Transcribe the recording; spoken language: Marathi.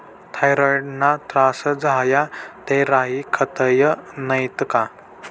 थॉयरॉईडना त्रास झाया ते राई खातस नैत का